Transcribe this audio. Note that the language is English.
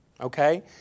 Okay